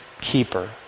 keeper